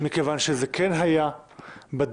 מכיוון שזה כן היה בדיונים.